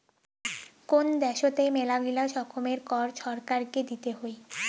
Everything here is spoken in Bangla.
কোন দ্যাশোতে মেলাগিলা রকমের কর ছরকারকে দিতে হই